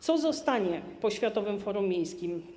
Co zostanie po Światowym Forum Miejskim?